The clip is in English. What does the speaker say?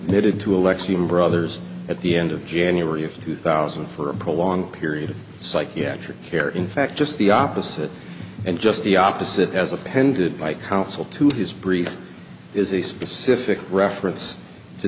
needed to alexian brothers at the end of january of two thousand for a prolonged period of psychiatric care in fact just the opposite and just the opposite as appended by counsel to his brief is a specific reference to